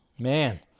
Man